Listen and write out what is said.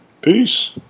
Peace